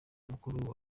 mukuru